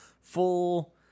full